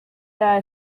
that